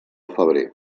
febrer